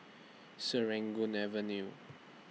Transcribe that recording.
Serangoon Avenue